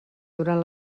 durant